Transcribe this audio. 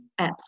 apps